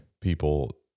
people